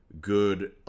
good